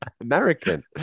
American